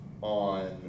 on